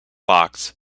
box